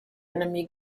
enemy